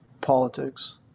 politics